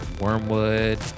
Wormwood